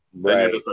Right